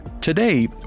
Today